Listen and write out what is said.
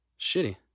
shitty